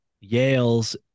Yale's